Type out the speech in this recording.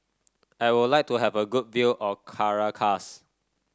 I would like to have a good view of Caracas